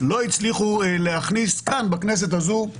לא הצליחו להכניס כאן, בכנסת הזו,